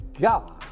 God